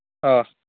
ꯑꯥ